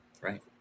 Right